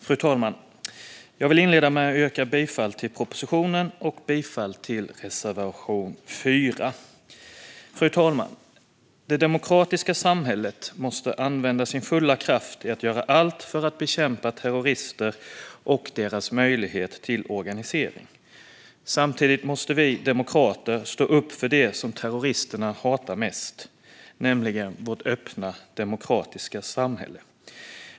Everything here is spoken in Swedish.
Fru talman! Jag vill inleda med att yrka bifall till propositionen och till reservation 4. Fru talman! Det demokratiska samhället måste använda sin fulla kraft till att göra allt för att bekämpa terrorister och deras möjlighet till organisering. Samtidigt måste vi demokrater stå upp för det som terroristerna hatar mest, nämligen vårt öppna demokratiska samhälle.